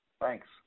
Thanks